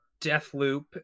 Deathloop